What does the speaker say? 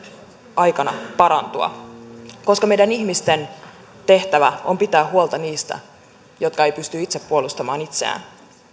aikana parantua koska meidän ihmisten tehtävä on pitää huolta niistä jotka eivät pysty itse puolustamaan itseään